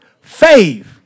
Faith